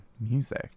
music